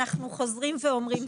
אנחנו חוזרים ואומרים,